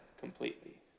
completely